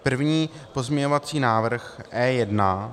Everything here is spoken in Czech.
První pozměňovací návrh E1.